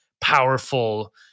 powerful